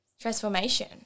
transformation